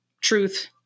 truth